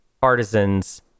partisans